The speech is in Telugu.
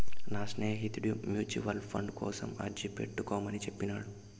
నా స్నేహితుడు మ్యూచువల్ ఫండ్ కోసం అర్జీ పెట్టుకోమని చెప్పినాడు